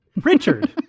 Richard